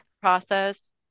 process